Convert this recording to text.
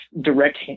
direct